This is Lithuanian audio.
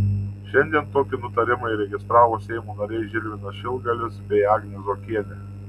šiandien tokį nutarimą įregistravo seimo nariai žilvinas šilgalis bei agnė zuokienė